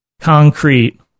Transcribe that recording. concrete